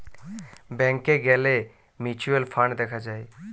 ব্যাংকে গ্যালে mutual fund দেখা যায়